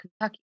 Kentucky